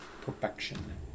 Perfection